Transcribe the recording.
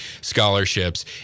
scholarships